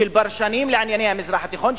של פרשנים לענייני המזרח התיכון,